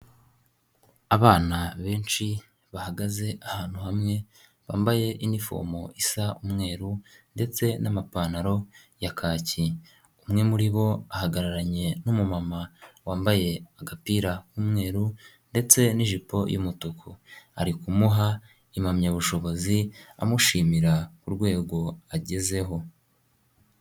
Abana benshi bahagaze ahantu hamwe bambaye inifomu isa umweru ndetse n'amapantaro ya kaki, umwe muri bo ahagararanye n'umumama wambaye agapira k'umweru ndetse n'ijipo y'umutuku, ari kumuha impamyabushobozi amushimira urwego agezeho.